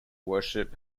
worship